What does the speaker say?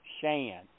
Shan